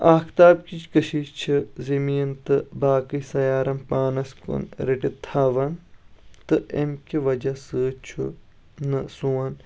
آختابچ کٔشِش چھ زمیٖن تہٕ باقےٕ سیارن پانس کُن رٔٹِتھ تھاوان تہٕ اَمہِ کہ وجہ سۭتۍ چھُنہٕ سون